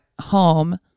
home